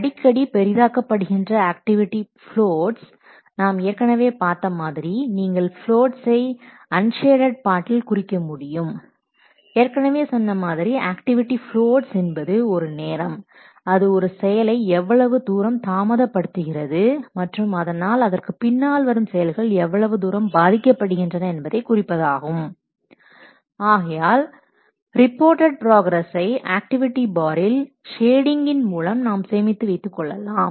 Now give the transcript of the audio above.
அடிக்கடி பெரிதாக்க படுகின்ற ஆக்டிவிட்டி பிளோட்ஸ் நாம் ஏற்கனவே பார்த்த மாதிரி நீங்கள் பிளோட்ஸ்சை அன்ஷேடட் பார்ட்டில் குறிக்க முடியும் ஏற்கனவே சொன்ன மாதிரி ஆக்டிவிட்டி பிளோட்ஸ் என்பது ஒரு நேரம் அது ஒரு செயலை எவ்வளவு தூரம் தாமதப்படுத்துகிறது மற்றும் அதனால் அதற்கு பின்னால் வரும் செயல்கள் எவ்வளவு தூரம் பாதிக்கப்படுகின்றன என்பதை குறிப்பதாகும் ஆகையால் ரிப்போர்டட் ப்ராக்ரஸ்ஸை ஆக்டிவிட்டி பாரில் ஷேடிங்ன் மூலம் நாம் சேமித்து வைத்துக் கொள்ளலாம்